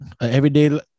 everyday